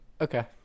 Okay